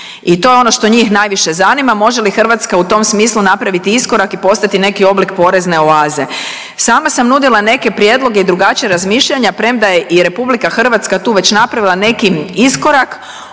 i to je ono što njih najviše zanima, može li Hrvatska u tom smislu napraviti iskorak i postati neki oblik porezne oaze. Sama sam nudila neke prijedloge i drugačija razmišljanja, premda je i RH tu već napravila neki iskorak